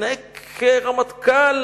התנהג כרמטכ"ל